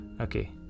okay